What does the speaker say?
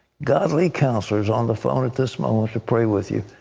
godly counselors on the phone at this moment to pray with you.